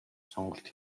сонголт